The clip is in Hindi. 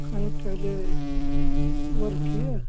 कही पहले वर्क किया है